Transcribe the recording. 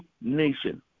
nation